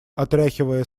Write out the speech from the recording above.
отряхивая